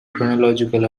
chronological